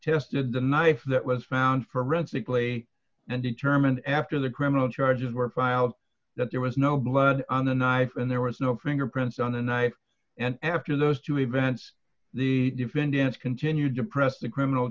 tested the knife that was found forensically and determined after the criminal charges were filed that there was no blood on the knife and there was no fingerprints on the knife and after those two events the defendant's continued to press the criminal